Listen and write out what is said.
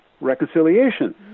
reconciliation